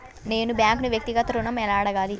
నేను బ్యాంక్ను వ్యక్తిగత ఋణం ఎలా అడగాలి?